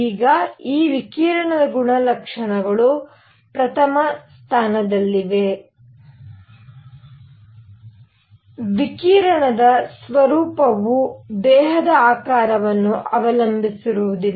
ಈಗ ಈ ವಿಕಿರಣದ ಗುಣಲಕ್ಷಣಗಳು ಪ್ರಥಮ ಸ್ಥಾನದಲ್ಲಿವೆ ವಿಕಿರಣದ ಸ್ವರೂಪವು ದೇಹದ ಆಕಾರವನ್ನು ಅವಲಂಬಿಸಿರುವುದಿಲ್ಲ